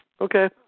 Okay